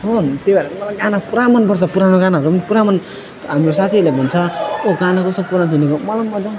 हो त्यो भएर चाहिँ मलाई गाना पुरा मनपर्छ पुरानो गानाहरू पनि पुरा मन हाम्रो साथीहरूले भन्छ ओ गाना कस्तो पुरा सुनेको मलाई पनि भन्छ